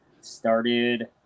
started